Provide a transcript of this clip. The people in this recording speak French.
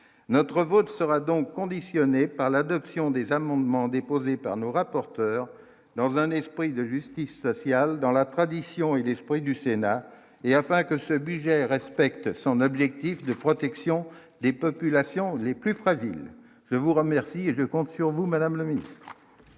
notre vote sera donc conditionnée par l'adoption des amendements déposés par nos rapporteurs dans un esprit de justice sociale dans la tradition et l'esprit du Sénat et, enfin, que ce budget respecte son objectif de protection des populations les plus fragiles, je vous remercie, je compte sur vous Madame la milice.